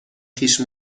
خویش